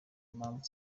impamvu